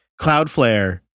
Cloudflare